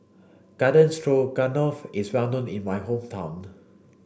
Garden Stroganoff is well known in my hometown